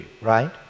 right